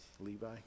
Levi